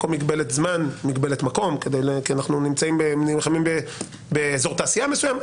במקום מגבלת זמן מגבלת מקום כי אנחנו נלחמים באזור תעשייה מסוים.